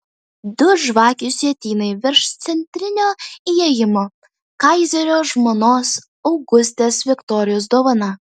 du žvakių sietynai virš centrinio įėjimo kaizerio žmonos augustės viktorijos dovana